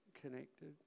connected